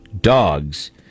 Dogs